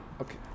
Okay